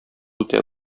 үтә